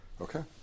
Okay